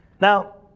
Now